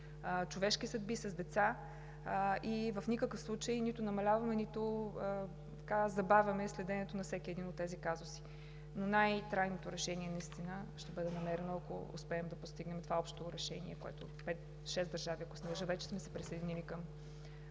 човешки съдби, с деца и в никакъв случай нито намаляваме, нито забавяме следеното на всеки един от тези казуси. Най-трайното решение ще бъде намерено, ако успеем да постигнем това общо решение. Ако не се лъжа, пет – шест държави вече сме се присъединили към